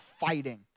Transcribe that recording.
fighting